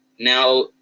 Now